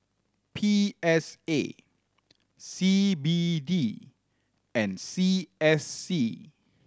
P S A C B D and C S C